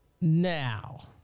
Now